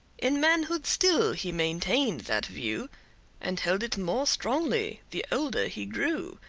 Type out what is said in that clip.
in manhood still he maintained that view and held it more strongly the older he grew.